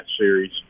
series